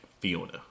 Fiona